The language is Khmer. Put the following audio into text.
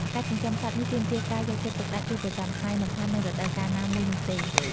ការចិញ្ចឹមសត្វនេះទាមទារការយកចិត្តទុកដាក់ជាប្រចាំថ្ងៃ មិនថានៅរដូវកាលណាមួយនោះទេ។